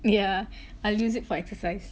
yeah I use it for exercise